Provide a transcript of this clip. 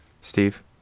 Steve